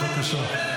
בבקשה.